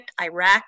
Iraq